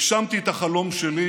הגשמתי את החלום שלי,